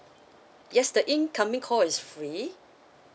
yes the incoming call is free